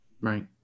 Right